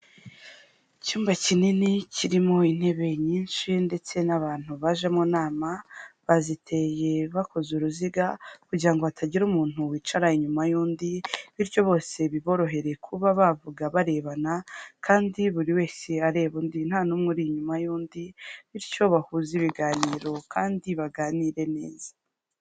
Icyumba kinini kirimo intebe nyinshi ndetse n'abantu baje mu nama, baziteye bakoze uruziga kugira ngo hatagira umuntu wicara inyuma y'undi, bityo bose biborohere kuba bavuga barebana, kandi buri wese areba undi, nta n'umwe uri inyuma y'undi bityo bahuze ibiganiro kandi baganire neza.